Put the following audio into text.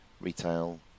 retail